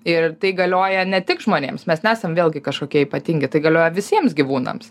ir tai galioja ne tik žmonėms mes nesam vėlgi kažkokie ypatingi tai galioja visiems gyvūnams